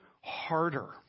harder